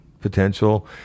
potential